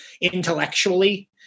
intellectually